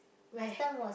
where